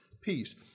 peace